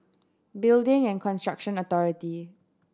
Building and Construction Authority